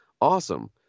awesome